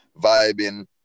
vibing